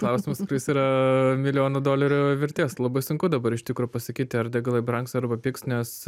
klausimas kuris yra milijono dolerių vertės labai sunku dabar iš tikrųjų pasakyti ar degalai brangs arba pigs nes